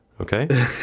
Okay